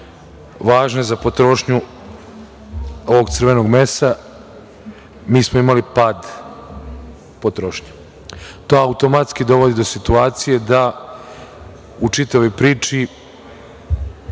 važne za potrošnju ovog crvenog mesa, mi smo imali pad potrošnje. To automatski dovodi do situacije da u čitavoj priči